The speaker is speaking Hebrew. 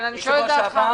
בשבוע שעבר